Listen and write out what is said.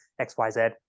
xyz